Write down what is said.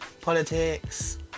politics